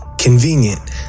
convenient